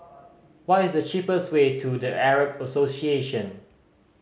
what is the cheapest way to The Arab Association